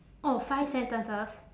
oh five sentences